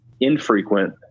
infrequent